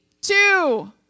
two